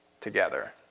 together